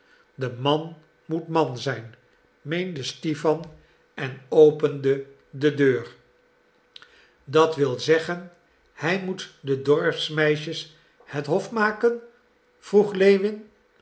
de man moet man zijn meende stipan en opende de deur dat wil zeggen hij moet de dorpsmeisjes het hof maken vroeg lewin